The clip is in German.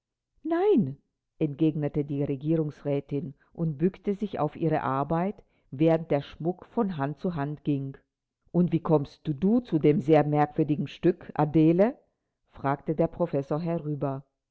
nein entgegnete die regierungsrätin und bückte sich auf ihre arbeit während der schmuck von hand zu hand ging und wie kommst du zu dem sehr merkwürdigen stück adele fragte der professor herüber